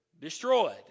destroyed